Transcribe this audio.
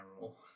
rule